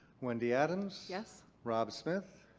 wendy adams. yes. rob smith.